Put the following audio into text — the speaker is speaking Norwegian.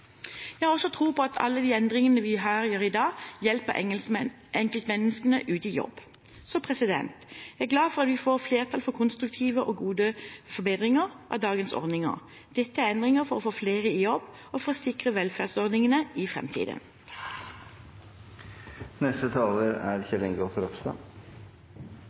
Jeg har også tro på at alle endringene vi gjør her i dag, hjelper enkeltmenneskene ut i jobb. Jeg er glad for at vi får flertall for konstruktive og gode forbedringer av dagens ordninger. Dette er endringer for å få flere i jobb og for å sikre velferdsordningene i framtiden. Arbeidsavklaringspenger, AAP, er